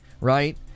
right